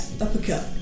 uppercut